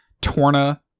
Torna